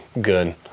good